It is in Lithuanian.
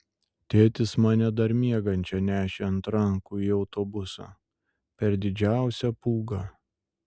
tėtis mane dar miegančią nešė ant rankų į autobusą per didžiausią pūgą